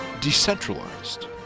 decentralized